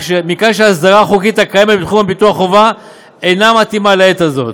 מכאן שההסדרה החוקית הקיימת בתחום ביטוח החובה אינה מתאימה לעת הזאת.